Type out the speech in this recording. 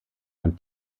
von